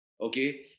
Okay